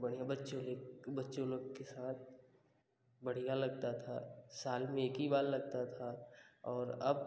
बढ़िया बच्चों ले बच्चों लोग के साथ बढ़िया लगता था साल में एक ही बार लगता था और अब